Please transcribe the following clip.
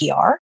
PR